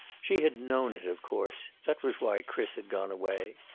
she had known it, of course that was why chris had gone away.